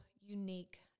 unique